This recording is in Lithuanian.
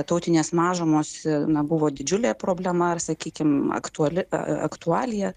tautinės mažumos na buvo didžiulė problema ar sakykim aktuali aktualija